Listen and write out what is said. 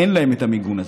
אין להם את המיגון הזה.